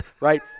right